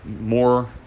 more